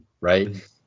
Right